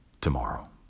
tomorrow